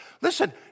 Listen